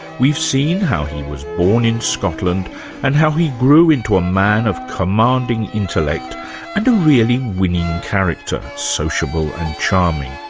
we've seen how he was born in scotland and how he grew into a man of commanding intellect and a really winning character, sociable and charming.